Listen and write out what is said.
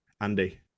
Andy